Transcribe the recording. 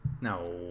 No